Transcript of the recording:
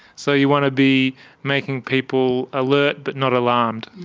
so you want to be making people alert, but not alarmed.